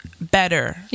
better